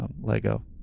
Lego